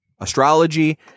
Astrology